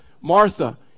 Martha